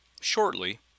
shortly